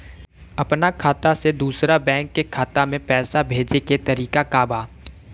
अपना खाता से दूसरा बैंक के खाता में पैसा भेजे के तरीका का बा?